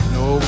no